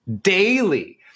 daily